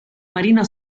marina